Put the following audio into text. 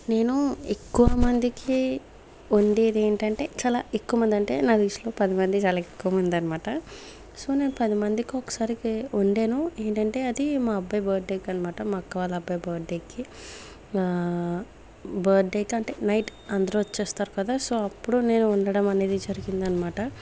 నేను ఎక్కువ మందికి ఉండేది ఏంటంటే చాలా ఎక్కువ మంది అంటే నా దృష్టిలో పదిమంది చాలా ఎక్కువమంది అనమాట సో నేను పది మందికి ఒకసారికి వండాను ఏంటంటే అది మా అబ్బాయి బర్త్ డే కి అనమాట మా అక్క వాళ్ళ అబ్బాయి బర్త్ డే కి బర్త్ డే కి అంటే నైట్ అందరూ వచ్చేస్తారు కదా సో అప్పుడు నేను వండడం అనేది జరిగిందన్నమాట